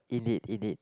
indeed indeed